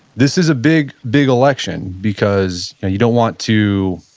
this is a big, big election because you don't want to,